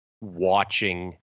watching